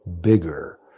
bigger